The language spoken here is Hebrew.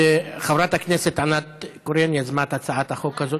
חברת הכנסת ענת קורן יזמה את הצעת החוק הזאת,